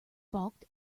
balked